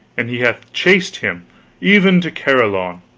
and he hath chased him even to carlion,